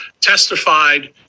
testified